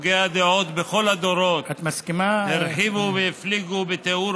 הוגי הדעות בכל הדורות הרחיבו והפליגו בתיאור